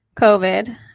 COVID